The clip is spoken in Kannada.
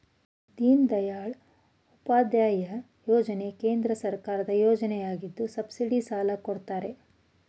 ದೀನದಯಾಳ್ ಉಪಾಧ್ಯಾಯ ಯೋಜನೆ ಕೇಂದ್ರ ಸರ್ಕಾರದ ಯೋಜನೆಯಗಿದ್ದು ಸಬ್ಸಿಡಿ ಸಾಲ ಕೊಡ್ತಾರೆ